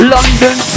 London